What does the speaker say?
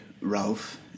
Ralph